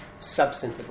substantively